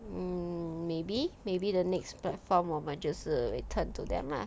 mm maybe maybe the next platform 我们就是 we turn to them lah